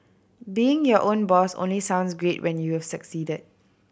being your own boss only sounds great when you've succeeded